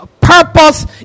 purpose